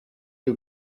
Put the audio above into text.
you